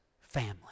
family